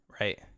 right